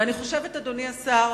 אדוני השר,